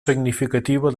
significativa